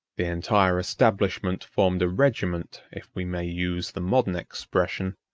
the entire establishment formed a regiment, if we may use the modern expression,